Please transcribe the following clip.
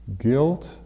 Guilt